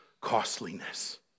costliness